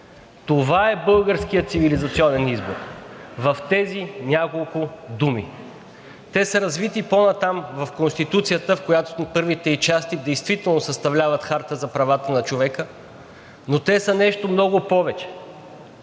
това е българският цивилизационен избор – в тези няколко думи. Те са развити по-нататък в Конституцията, на която първите ѝ части действително съставляват харта за правата на човека, но те са нещо много повече